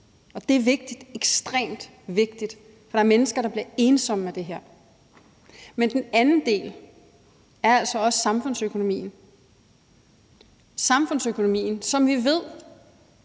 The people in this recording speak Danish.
og det er vigtigt, ekstremt vigtigt, for der er mennesker, der bliver ensomme af det her. Men den anden del er altså også samfundsøkonomien; samfundsøkonomien, som vi ved